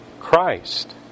Christ